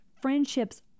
Friendships